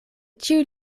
ĉiuj